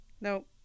No